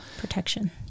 protection